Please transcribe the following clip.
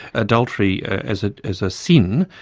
adultery as ah as a sin,